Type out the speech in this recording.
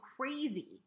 crazy